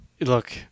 Look